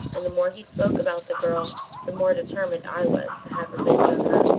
and the more he spoke about the girl the more determined i was to have revenge on her.